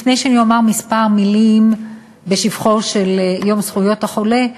לפני שאומר כמה מילים בשבחו של יום זכויות החולה,